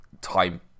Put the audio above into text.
time